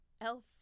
elf